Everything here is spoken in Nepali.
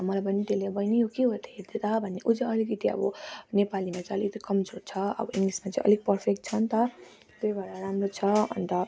मलाई पनि त्यसले बहिनी यो के हो हेर्दे त ऊ चाहिँ अलिकति अब नेपालीमा चाहिँ अलिकति कमजोर छ अब इङ्ग्लिसमा चाहिँ अलिक पर्फेक्ट छ नि त त्यही भएर राम्रो छ अन्त